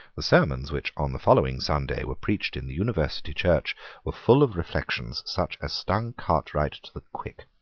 the sermons which on the following sunday were preached in the university church were full of reflections such as stung cartwright to the quick,